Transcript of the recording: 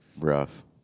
Rough